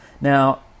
now